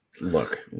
Look